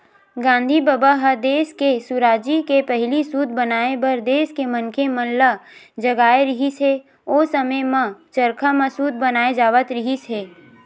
गांधी बबा ह देस के सुराजी के पहिली सूत बनाए बर देस के मनखे मन ल जगाए रिहिस हे, ओ समे म चरखा म सूत बनाए जावत रिहिस हे